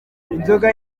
inzoga